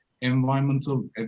environmental